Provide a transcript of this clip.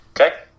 Okay